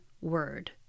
word